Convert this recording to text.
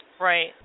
right